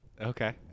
Okay